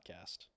podcast